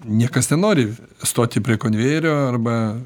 niekas nenori stoti prie konvejerio arba